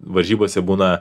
varžybose būna